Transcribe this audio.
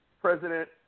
president